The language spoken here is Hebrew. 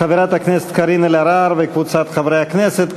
של חברת הכנסת קארין אלהרר וקבוצת חברי הכנסת,